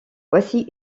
voici